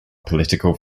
political